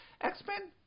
X-Men